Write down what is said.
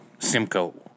Simco